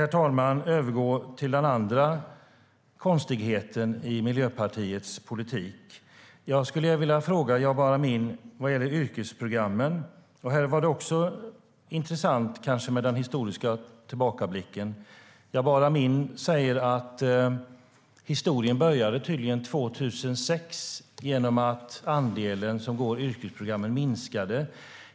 Jag tänkte övergå till den andra konstigheten i Miljöpartiets politik. Jag skulle vilja fråga Jabar Amin om yrkesprogrammen. Här var det också intressant med den historiska tillbakablicken. Enligt Jabar Amin började tydligen historien 2006 genom att andelen elever som gick yrkesprogrammen minskade.